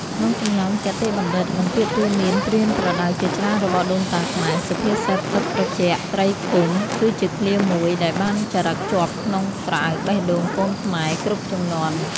ក្នុងចំណោមគតិបណ្ឌិត និងពាក្យទូន្មានប្រៀនប្រដៅជាច្រើនរបស់ដូនតាខ្មែរ សុភាសិត ទឹកត្រជាក់ ត្រីកុំ គឺជាឃ្លាមួយដែលបានចារឹកជាប់ក្នុងក្រអៅបេះដូងកូនខ្មែរគ្រប់ជំនាន់។